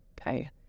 Okay